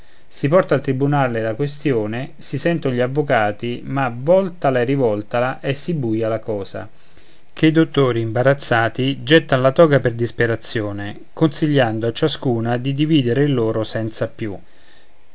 si porta al tribunal la questione si senton gli avvocati ma voltala e rivoltala è sì buia la cosa che i dottori imbarazzati gettan la toga per disperazione consigliando a ciascuna di dividere il loro senza più